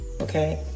okay